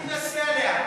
אל תתנשא עליה.